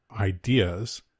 ideas